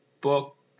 book